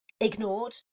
ignored